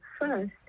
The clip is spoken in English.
first